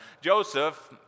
Joseph